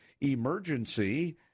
emergency